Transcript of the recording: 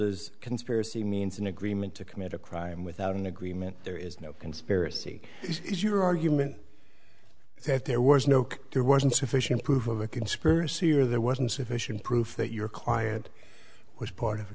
is conspiracy means an agreement to commit a crime without an agreement there is no conspiracy is your argument that there was no there wasn't sufficient proof of a conspiracy or there wasn't sufficient proof that your client was part of